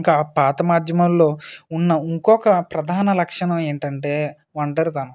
ఇంకా పాత మాధ్యమాలలో ఉన్న ఇంకొక ప్రధాన లక్షణం ఏంటంటే ఒంటరితనం